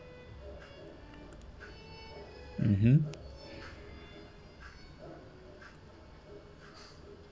mmhmm